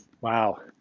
Wow